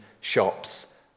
shops